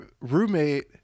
roommate